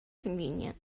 convenient